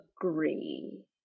agree